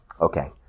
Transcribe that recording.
Okay